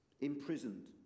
imprisoned